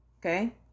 okay